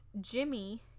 Jimmy